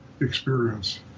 experience